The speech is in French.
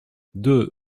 deux